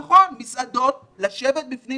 נכון, לשבת בפנים